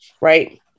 right